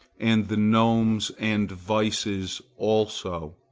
and the gnomes and vices also.